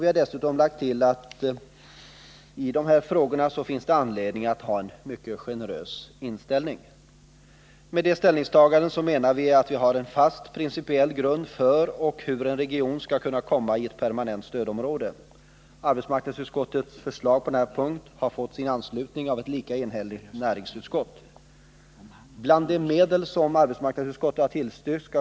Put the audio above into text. Vi har dessutom lagt till att till de här frågorna finns det anledning att ha en mycket generös inställning. Med det ställningstagandet menar vi att vi har en fast principiell grund för när och hur en region skall kunna komma att placeras i ett permanent stödområde. Arbetsmarknadsutskottets förslag på denna punkt har fått anslutning av ett lika enhälligt näringsutskott. När det gäller de medel som arbetsmarknadsutskottet har tillstyrkt skall.